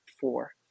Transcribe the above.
four